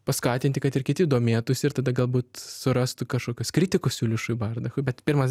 paskatinti kad ir kiti domėtųsi ir tada galbūt surastų kažkokios kritikos juliušui bardachui bet pirmas